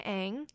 ang